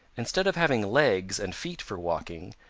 instead of having legs and feet for walking,